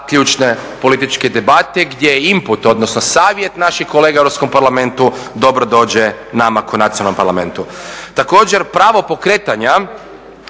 ključne političke debate gdje je input, odnosno savjet našim kolega u Europskom parlamentu dobro dođe nama kao nacionalnom parlamentu. Također, pravo pokretanja